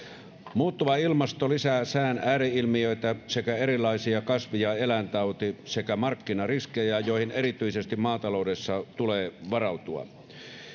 muuttuva ilmasto lisää sään ääri ilmiöitä sekä erilaisia kasvi ja eläintauti sekä markkinariskejä joihin erityisesti maataloudessa tulee varautua